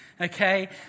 Okay